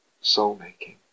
soul-making